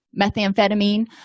methamphetamine